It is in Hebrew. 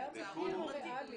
זה המחיר הריאלי.